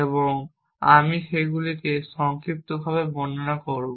এবং আমি সেগুলিকে সংক্ষিপ্তভাবে বর্ণনা করব